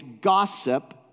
gossip